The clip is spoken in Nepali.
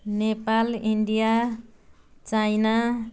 Nepal India China